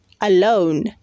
alone